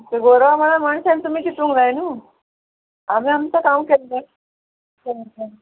गोरवां म्हळ्यार मणशान तुमी चितूंक जाय न्हू आमी आमचो काम केल्लय